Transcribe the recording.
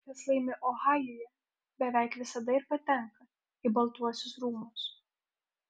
kas laimi ohajuje beveik visada ir patenka į baltuosius rūmus